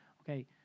okay